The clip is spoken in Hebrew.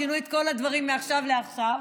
שינו את כל הדברים מעכשיו לעכשיו,